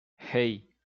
hey